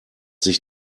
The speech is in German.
sich